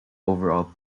overall